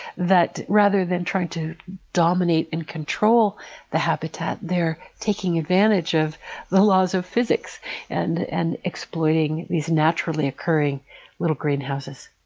rather than trying to dominate and control the habitat, they're taking advantage of the laws of physics and and exploiting these naturally occurring little greenhouses.